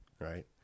Right